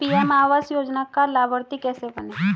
PM आवास योजना का लाभर्ती कैसे बनें?